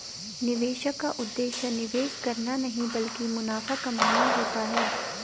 निवेशक का उद्देश्य निवेश करना नहीं ब्लकि मुनाफा कमाना होता है